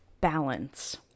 Balance